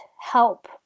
help